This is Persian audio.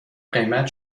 قیمت